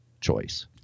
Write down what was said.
choice